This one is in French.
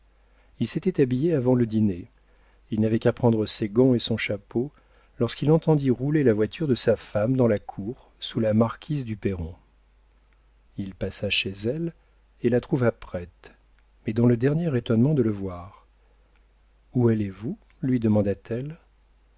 il s'était habillé avant le dîner il n'avait qu'à prendre ses gants et son chapeau lorsqu'il entendit rouler la voiture de sa femme dans la cour sous la marquise du perron il passa chez elle et la trouva prête mais dans le dernier étonnement de le voir où allez-vous lui demanda-t-elle